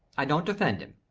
i don't defend him.